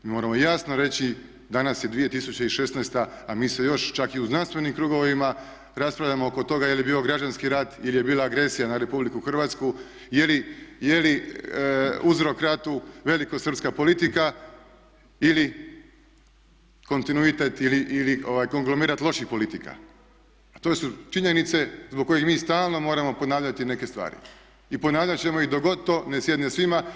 Mi moramo jasno reći danas je 2016. a mi se još čak i u znanstvenim krugovima raspravljamo oko toga je li bio građanski rat ili je bila agresija na Republiku Hrvatsku, je li uzrok ratu velikosrpska politika ili kontinuitet ili konglomerat loših politika, a to su činjenice zbog kojih mi stalno moramo ponavljati neke stvari i ponavljat ćemo ih dok god to ne sjedne svima.